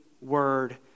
word